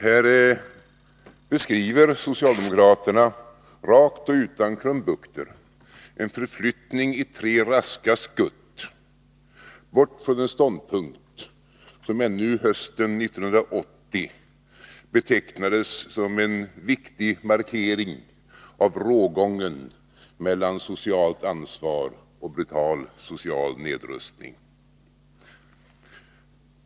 Här beskriver socialdemokraterna, rakt och utan krumbukter, en förflyttning i tre raska skutt, bort från en ståndpunkt som ännu hösten 1980 betecknades som en viktig markering och rågång mellan socialt ansvar och brutal social nedrustning.